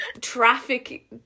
traffic